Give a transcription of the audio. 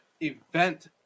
event